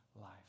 life